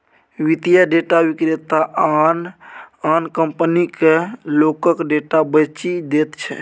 वित्तीय डेटा विक्रेता आन आन कंपनीकेँ लोकक डेटा बेचि दैत छै